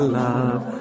love